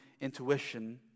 intuition